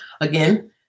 Again